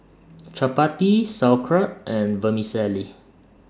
Chapati Sauerkraut and Vermicelli